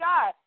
God